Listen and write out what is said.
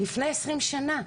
לפני 20 שנה.